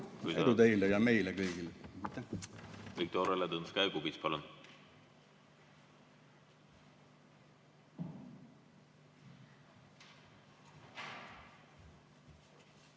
Edu teile ja meile kõigile!